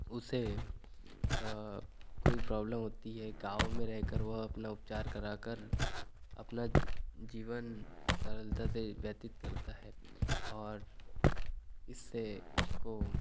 उसे कोई प्राब्लम होती है गाँव में रहकर वह अपना उपचार करा कर अपना जीवन सरलता से व्यतीत करता है और इससे उसको